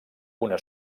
una